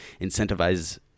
incentivize